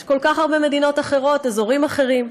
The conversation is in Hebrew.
יש כל כך הרבה מדינות אחרות, אזורים אחרים.